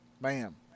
Bam